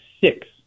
six